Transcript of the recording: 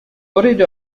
أريد